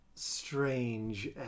strange